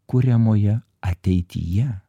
kuriamoje ateityje